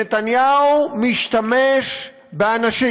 נתניהו משתמש באנשים.